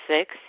six